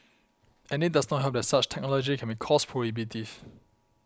and it does not help that such technology can be cost prohibitive